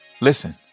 Listen